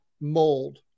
mold